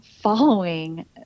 following